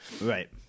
Right